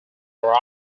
are